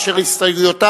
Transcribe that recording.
אשר הסתייגויותיו,